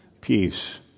Peace